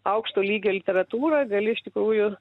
aukšto lygio literatūrą gali iš tikrųjų